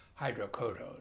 hydrocodone